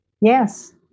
yes